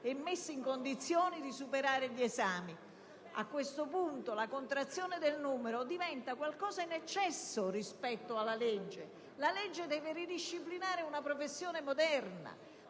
e messi nelle condizioni di farlo. A questo punto la contrazione del loro numero diventa qualcosa in eccesso rispetto alla legge. La legge deve ridisciplinare una professione forense